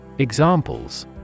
Examples